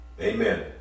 Amen